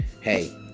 hey